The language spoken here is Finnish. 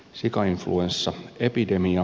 sikainfluenssa epidemia